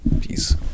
peace